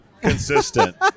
consistent